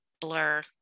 blur